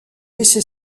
laissé